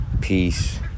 Peace